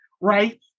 right